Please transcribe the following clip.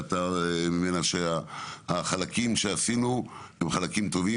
יצאת איתה היא שהחלקים שעשינו הם חלקים טובים,